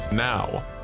Now